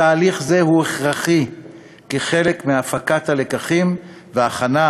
תהליך זה הוא הכרחי כחלק מהפקת הלקחים וההכנה,